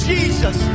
Jesus